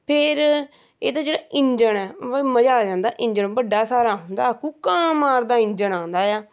ਫਿਰ ਇਹਦਾ ਜਿਹੜਾ ਇੰਜਣ ਆ ਬਾਈ ਮਜ਼ਾ ਆ ਜਾਂਦਾ ਇੰਜਣ ਵੱਡਾ ਸਾਰਾ ਹੁੰਦਾ ਕੂਕਾਂ ਮਾਰਦਾ ਇੰਜਣ ਆਉਂਦਾ ਆ